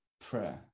prayer